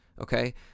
Okay